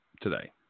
today